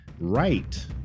right